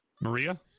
Maria